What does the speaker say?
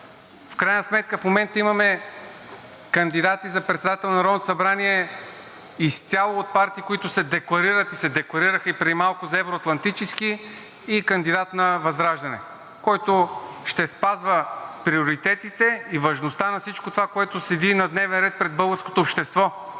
В крайна сметка в момента имаме кандидати за председател на Народното събрание изцяло от партии, които се декларират и преди малко се декларираха, че са евро-атлантически, и кандидат на ВЪЗРАЖДАНЕ, който ще спазва приоритетите и важността на всичко това, което седи на дневен ред пред българското общество.